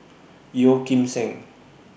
Yeo Kim Seng